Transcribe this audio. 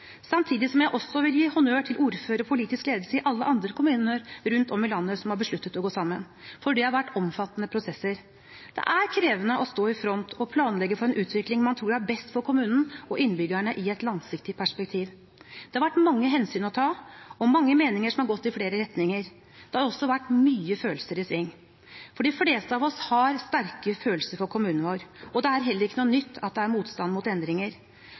samtidig som jeg også vil gi honnør til ordførere og politisk ledelse i alle andre kommuner rundt om i landet som har besluttet å gå sammen, for det har vært omfattende prosesser. Det er krevende å stå i front og planlegge for en utvikling man tror er best for kommunen og innbyggerne i et langsiktig perspektiv. Det har vært mange hensyn å ta og mange meninger som har gått i flere retninger. Det har også vært mye følelser i sving, for de fleste av oss har sterke følelser for kommunen vår, og det er heller ikke noe nytt at det er motstand mot endringer.